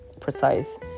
precise